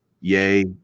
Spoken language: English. Yay